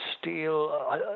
steel –